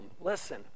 listen